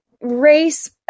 race